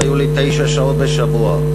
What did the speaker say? היו לי תשע שעות בשבוע,